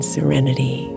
serenity